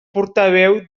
portaveu